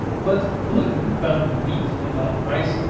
but gluten, found in wheat and not rice,